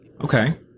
Okay